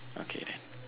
okay